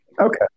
Okay